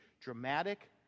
dramatic